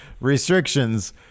restrictions